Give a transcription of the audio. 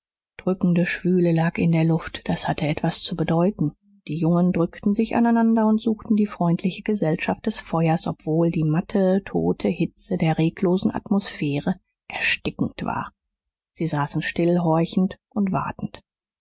drückende schwüle lag in der luft das hatte etwas zu bedeuten die jungen drückten sich aneinander und suchten die freundliche gesellschaft des feuers obwohl die matte tote hitze der reglosen atmosphäre erstickend war sie saßen still horchend und wartend